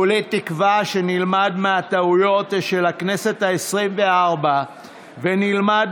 כולי תקווה שנלמד מהטעויות של הכנסת העשרים-וארבע ונלמד